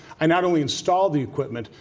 i not only installed the equipment,